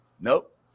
Nope